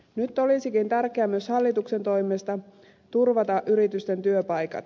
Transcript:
nyt olisikin tärkeää myös hallituksen toimesta turvata yritysten työpaikat